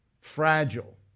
Fragile